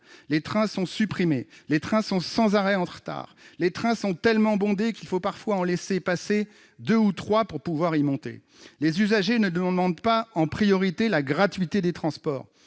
Les trains sont supprimés ; ils sont sans cesse en retard ; ils sont tellement bondés qu'il faut parfois en laisser passer deux ou trois pour pouvoir monter dans une rame. Les usagers ne demandent pas en priorité la gratuité des transports.